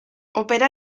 opera